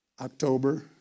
October